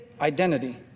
identity